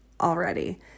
already